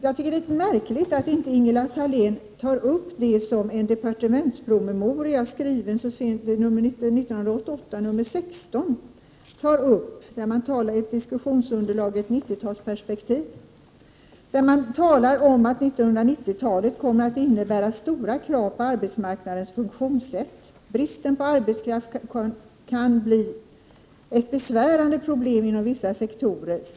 Det är märkligt att inte Ingela Thalén tar upp det som skrevs i departementspromemoria nr 16 år 1988 såsom diskussionsunderlag för ett 90-talsperspektiv. Där talas det om att 1990-talet kommer att innebära stora krav på arbetsmarknadens funktionssätt. Bristen på arbetskraft kan bli ett besvärande problem inom vissa sektorer, sägs det.